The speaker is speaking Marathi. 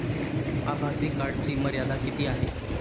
आभासी कार्डची मर्यादा किती आहे?